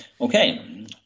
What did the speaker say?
Okay